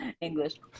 English